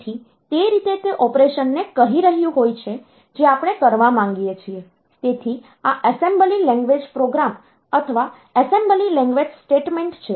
તેથી તે રીતે તે ઓપરેશનને કહી રહ્યું હોય છે જે આપણે કરવા માંગીએ છીએ તેથી આ એસેમ્બલી લેંગ્વેજ પ્રોગ્રામ અથવા એસેમ્બલી લેંગ્વેજ સ્ટેટમેન્ટ છે